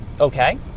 okay